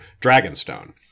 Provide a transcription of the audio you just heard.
Dragonstone